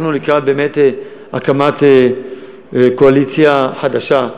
אנחנו באמת לקראת הקמת קואליציה חדשה,